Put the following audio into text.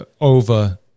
over